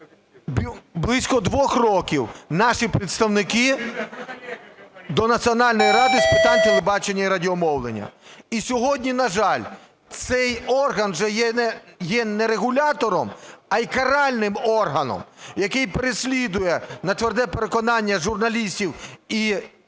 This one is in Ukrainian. близько 2 років наші представники до Національної ради з питань телебачення і радіомовлення. І сьогодні, на жаль, цей орган вже є не регулятором, а є каральним органом, який переслідує, на тверде переконання журналістів і інших,